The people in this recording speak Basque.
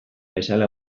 bezala